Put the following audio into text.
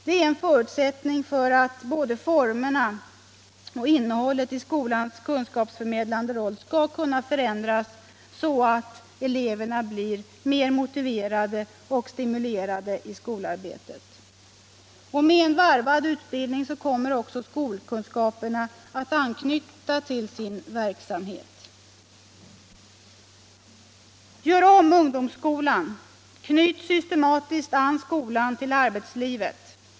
Det är en förutsättning för att både formerna för och innehållet i skolans kunskapsförmedlande roll skall kunna förändras så att eleverna blir mer motiverade och stimulerade i skolarbetet. Med en varvad utbildning kommer också skolkunskaperna att anknyta till verkligheten. Gör om ungdomsskolan. Knyt systematiskt an skolan till arbetslivet.